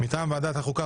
מטעם ועדת החוקה,